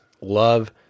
Love